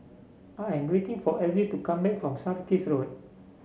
I am waiting for Elzy to come back from Sarkies Road